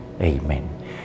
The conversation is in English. Amen